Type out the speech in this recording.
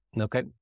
Okay